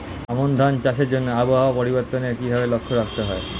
আমন ধান চাষের জন্য আবহাওয়া পরিবর্তনের কিভাবে লক্ষ্য রাখতে হয়?